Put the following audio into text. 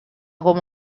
come